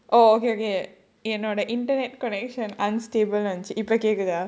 oh okay okay you know the internet connection unstable னு இருந்துச்சு இப்போ கேக்குதா:nu irunthuchu ippo kekkuthaa